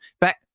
back